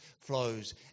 flows